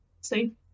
See